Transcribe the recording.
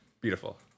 Beautiful